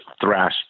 thrash